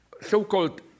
so-called